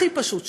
הכי פשוט שיש.